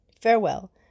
Farewell